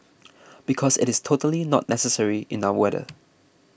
because it is totally not necessary in our weather